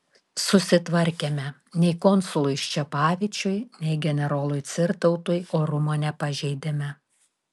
susitvarkėme nei konsului ščepavičiui nei generolui cirtautui orumo nepažeidėme